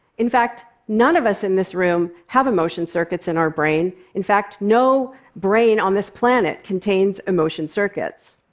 in fact, none of us in this room have emotion circuits in our brain. in fact, no brain on this planet contains emotion circuits.